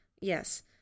yes